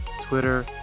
Twitter